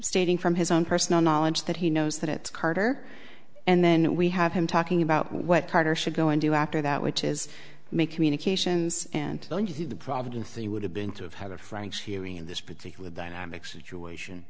stating from his own personal knowledge that he knows that it's carter and then we have him talking about what carter should go and do after that which is make communications and to tell you the providence he would have been to have had a franks hearing in this particular dynamic situation